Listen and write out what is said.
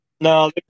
No